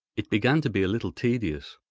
it began to be a little tedious.